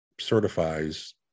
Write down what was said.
certifies